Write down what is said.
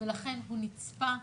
ולכן הוא נצפה,